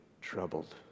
troubled